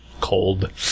cold